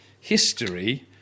history